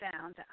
found